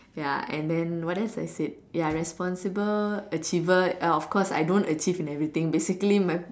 ya and then what else I said ya responsible achiever uh of course I don't achieve in everything basically my